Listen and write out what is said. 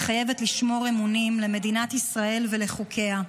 מתחייבת לשמור אמונים למדינת ישראל ולחוקיה,